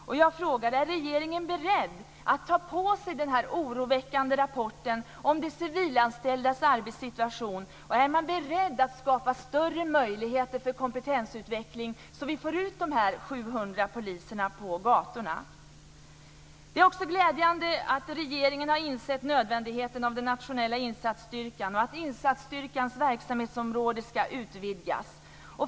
Jag frågar: Är regeringen beredd att ta till sig den här oroväckande rapporten om de civilanställdas arbetssituation? Och är man beredd att skapa större möjligheter för kompetensutveckling så att vi får ut de här 700 poliserna på gatorna? Det är också glädjande att regeringen har insett nödvändigheten av den nationella insatsstyrkan och att insatsstyrkans verksamhetsområde ska utvidgas.